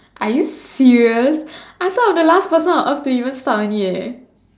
are you serious I thought I was the last person on earth to even start on it eh